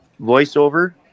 voiceover